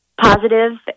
positive